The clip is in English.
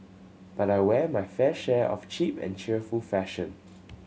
but I wear my fair share of cheap and cheerful fashion